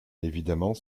évidemment